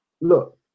Look